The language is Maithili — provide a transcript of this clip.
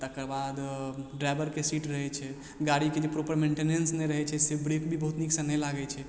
तकरबाद ड्राइवरके सीट रहय छै गाड़ीके जे प्रॉपर मेन्टीनेन्स नहि रहय छै से ब्रेक भी बहुत नीकसँ नहि लागय छै